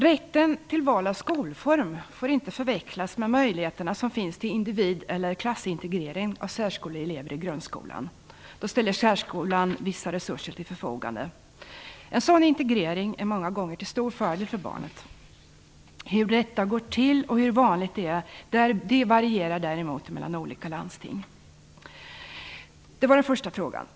Rätten till val av skolform får inte förväxlas med möjligheterna som finns till individ eller klassintegrering av särskoleelever i grundskolan. Särskolan ställer vissa resurser till förfogande. En sådan integrering är många gånger till stor fördel för barnet. Hur detta går till och hur vanligt det är varierar däremot mellan olika landsting. Detta var den första frågan.